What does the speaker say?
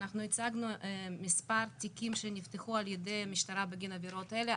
אנחנו הצגנו את מספר התיקים שנפתחו על ידי המשטרה בגין עבירות אלה.